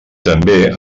també